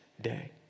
day